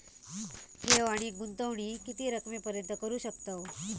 ठेव आणि गुंतवणूकी किती रकमेपर्यंत करू शकतव?